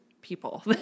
people